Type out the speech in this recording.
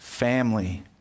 Family